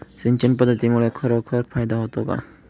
सिंचन पद्धतीमुळे खरोखर फायदा होतो का?